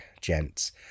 gents